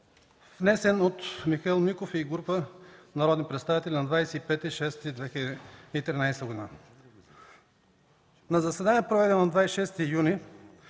внесен от Михаил Миков и група народни представители на 25 юни 2013 г. На заседание, проведено на 26 юни